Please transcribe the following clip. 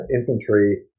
infantry